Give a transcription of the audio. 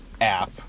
app